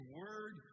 word